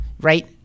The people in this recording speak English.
right